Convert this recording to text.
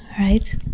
right